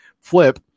flip